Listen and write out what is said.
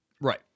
right